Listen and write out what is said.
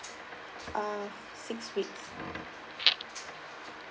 uh six weeks